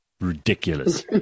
ridiculous